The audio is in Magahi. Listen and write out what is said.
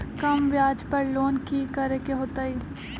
कम ब्याज पर लोन की करे के होतई?